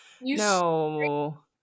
No